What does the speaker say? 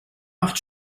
macht